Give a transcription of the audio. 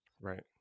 right